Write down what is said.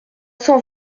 cent